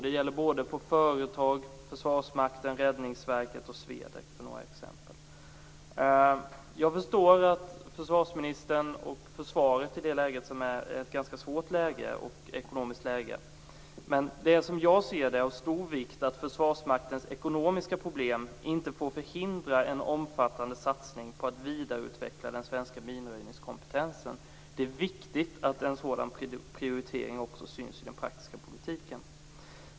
Det gäller både företag, Försvarsmakten, Räddningsverket och SWEDEC för att nämna några exempel. Jag förstår att försvarsministern och försvaret är i ett ganska svårt ekonomiskt läge. Men det är som jag ser det av stor vikt att Försvarsmaktens ekonomiska problem inte får förhindra en omfattande satsning på att vidareutveckla den svenska minröjningskompetensen. Det är viktigt att en sådan prioritering också syns i den praktiska politiken.